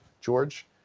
George